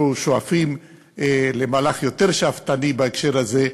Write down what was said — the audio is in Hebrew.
אנחנו שואפים למהלך יותר שאפתני בהקשר הזה,